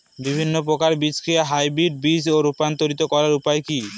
বিভিন্ন প্রকার বীজকে হাইব্রিড বীজ এ রূপান্তরিত করার উপায় কি?